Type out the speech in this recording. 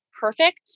perfect